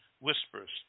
whispers